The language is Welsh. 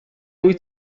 wyt